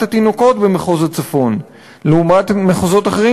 התינוקות במחוז הצפון לעומת מחוזות אחרים,